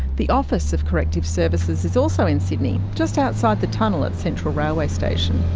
the office of corrective services is also in sydney, just outside the tunnel at central railway station.